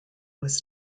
was